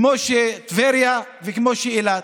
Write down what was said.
כמו לטבריה וכמו לאילת?